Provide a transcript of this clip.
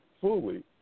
fully